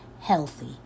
healthy